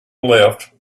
left